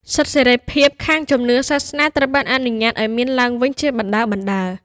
សិទ្ធិសេរីភាពខាងជំនឿសាសនាត្រូវបានអនុញ្ញាតឱ្យមានឡើងវិញជាបណ្តើរៗ។